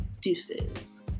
deuces